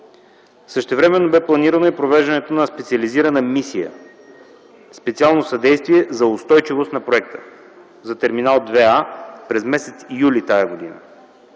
Същевременно бе планирано и провеждането на специализирана мисия – специално съдействие за устойчивост на проекта за Терминал 2А, през м. юли т.г.